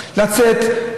לצאת,